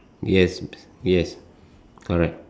yes yes correct